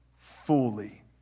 fully